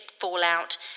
fallout